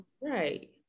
Right